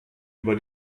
über